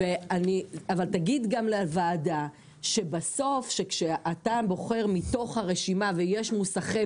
תגיד לוועדה שבסוף כשאתה בוחר מתוך הרשימה ויש מוסכי